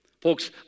Folks